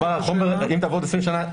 אם תבוא עוד 20 שנה,